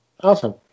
Awesome